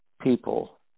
people